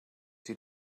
die